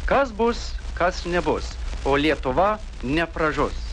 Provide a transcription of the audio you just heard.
kas bus kas nebus o lietuva nepražus